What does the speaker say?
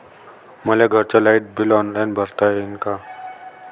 मले घरचं light bill online भरता येईन का?